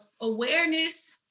awareness